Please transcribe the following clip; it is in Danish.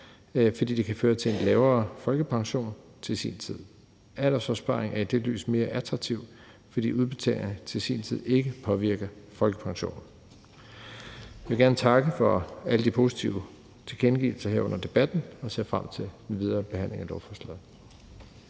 fordi det kan føre til en lavere folkepension til sin tid. En aldersopsparing er i det lys mere attraktiv, fordi udbetalingerne til sin tid ikke påvirker folkepensionen. Jeg vil gerne takke for alle de positive tilkendegivelser her under debatten og sige, at jeg ser frem til den videre behandling af lovforslaget.